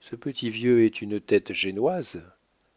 ce petit vieux est une tête génoise